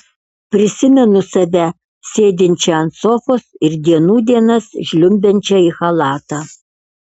prisimenu save sėdinčią ant sofos ir dienų dienas žliumbiančią į chalatą